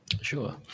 Sure